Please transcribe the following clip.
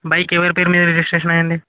bike ఎవరి పేరు మీద రిజిస్ట్రేషన్ అయింది